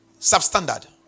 substandard